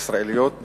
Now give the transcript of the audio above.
ישראליות,